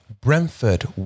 Brentford